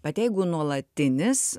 bet jeigu nuolatinis